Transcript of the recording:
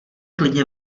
klidně